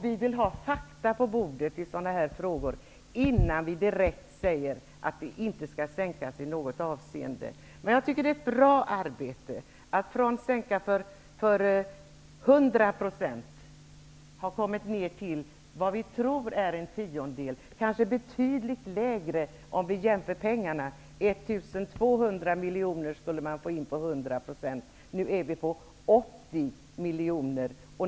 Vi vill ha fakta på bordet i sådana här frågor innan vi direkt säger att det inte i något avseende skall göras någon sänkning. Jag tycker att det har gjorts ett bra arbete. Från att sänkningen skulle gälla för 100 % har vi kommit ner till att den skall gälla för, vad vi tror, en tiondel, kanske betydligt färre. Man skulle få in 1 200 miljoner om sänkningen gällde för 100 %. Nu är siffran 80 miljoner.